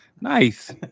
nice